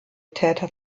täter